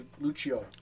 Lucio